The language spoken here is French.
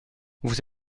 vous